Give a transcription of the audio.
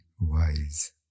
wise